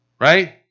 right